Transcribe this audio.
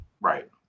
Right